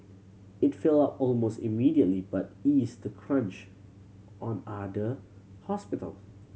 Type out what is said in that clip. it filled up almost immediately but eased the crunch on other hospitals